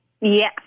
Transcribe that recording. Yes